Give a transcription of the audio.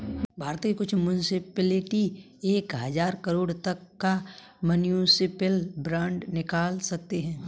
भारत के कुछ मुन्सिपलिटी एक हज़ार करोड़ तक का म्युनिसिपल बांड निकाल सकते हैं